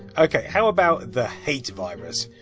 ok, how about the hate virus.